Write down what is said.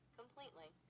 completely